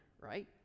right